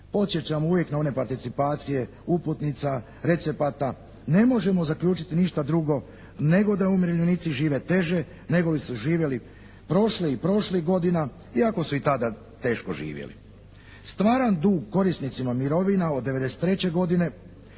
podsjećamo uvijek na one participacije uputnica, recepata, ne možemo zaključiti ništa drugo nego da umirovljenici žive teže nego li su živjeli prošle i prošlih godina iako su i tada teško živjeli. Stvaran dug korisnicima mirovina od '93. godine